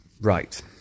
Right